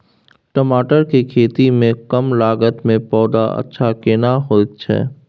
टमाटर के खेती में कम लागत में पौधा अच्छा केना होयत छै?